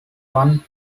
one